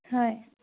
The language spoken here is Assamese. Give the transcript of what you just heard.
হয়